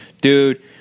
dude